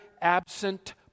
absent